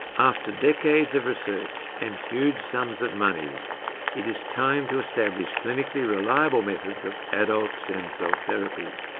after decades of research and huge sums of money it is time to establish clinically reliable methods of adult stem cell therapy.